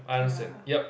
ya